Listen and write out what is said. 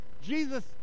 Jesus